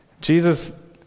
Jesus